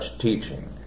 teaching